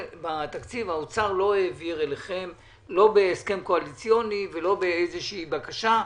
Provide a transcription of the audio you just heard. שהאוצר לא העביר את הבקשה אליכם לא בהסכם קואליציוני ולא באיזושהי בקשה,